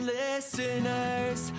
listeners